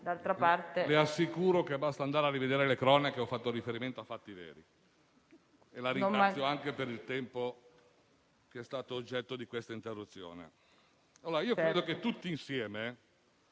Presidente, che basta andare a rivedere le cronache; ho fatto riferimento a fatti veri. La ringrazio anche per il tempo che è stato oggetto di questa interruzione. Credo che tutti insieme